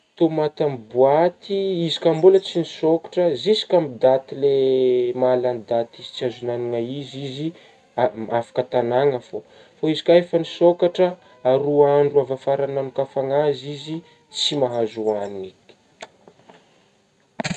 Tômaty amigna bôaty izy ka mbola tsy nisôkatra ziska amin'gny daty lay maha lagny daty izy tsy azo inanagna izy izy a-afaka tagnagna fô ,fô izy ka efa nisôkatra aroa andro afara nanokafgnazy izy tsy mahazo hoanigna eky.